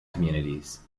communities